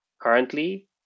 currently